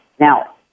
Now